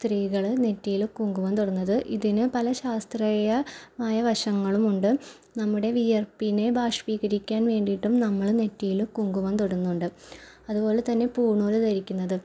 സ്ത്രീകള് നെറ്റിയിൽ കുങ്കുമം തൊടുന്നത് ഇതിന് പല ശാസ്ത്രീയമായ വശങ്ങളുമുണ്ട് നമ്മുടെ വിയർപ്പിനെ ബാഷ്പീകരിക്കാൻ വേണ്ടിട്ടും നമ്മള് നെറ്റിയിൽ കുങ്കുമം തൊടുന്നുണ്ട് അതുപോലെ തന്നെ പൂണൂല് ധരിക്കുന്നത്